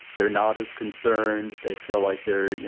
they're not as concerned. they feel like they're, you